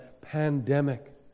pandemic